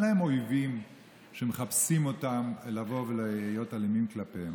אויבים שמחפשים לבוא ולהיות אלימים כלפיו.